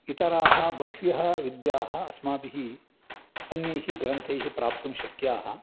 इतराः बह्व्यः विद्याः अस्माभिः अन्यैः ग्रन्थैः प्राप्तुं शक्याः